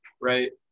right